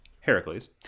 Heracles